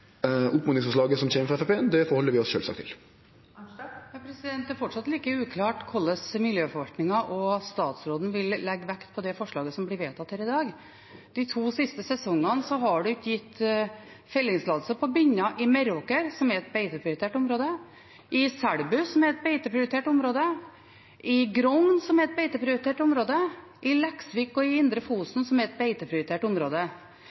som kjem frå Framstegspartiet, tek vi sjølvsagt på alvor. Det er fortsatt like uklart hvordan miljøforvaltningen og statsråden vil legge vekt på det forslaget som blir vedtatt her i dag. De to siste sesongene har det ikke blitt gitt fellingstillatelser på binner i Meråker, som er et beiteprioritert område, i Selbu, som er et beiteprioritert område, i Grong, som er et beiteprioritert område, og i Leksvik i Indre Fosen, som er beiteprioritert område.